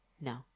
No